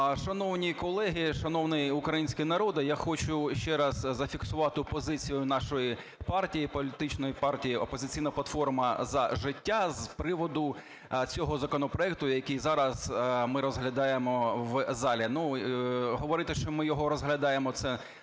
Шановні колеги, шановний український народе! Я хочу ще раз зафіксувати позицію нашої партії, політичної партії "Опозиційна платформа - За життя" з приводу цього законопроекту, який зараз ми розглядаємо в залі. Говорити, що ми його розглядаємо, це, напевне,